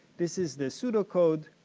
this is the pseudocode.